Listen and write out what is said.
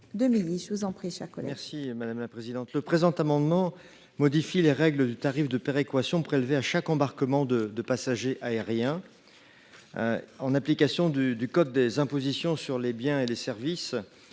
n° I 1034 rectifié. Le présent amendement vise à modifier les règles du tarif de péréquation prélevé à chaque embarquement de passagers aériens. En application du code des impositions sur les biens et les services,